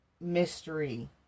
mystery